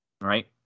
right